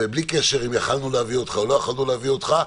ובלי קשר אם יכולנו להביא אותך או לא יכולנו להביא אותך,